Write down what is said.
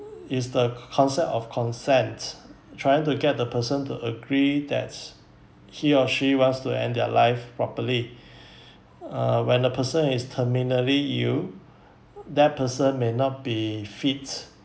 is the co~ concept of consent trying to get the person to agree that's he or she wants to end their life properly uh when a person is terminally ill that person may not be fits